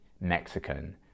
Mexican